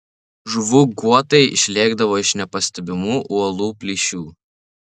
žuvų guotai išlėkdavo iš nepastebimų uolų plyšių